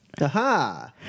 Aha